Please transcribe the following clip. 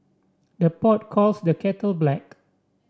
the pot calls the kettle black